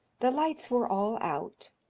the lights were all out,